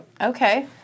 Okay